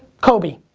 kobi.